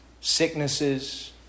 sicknesses